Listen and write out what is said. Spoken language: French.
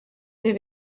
des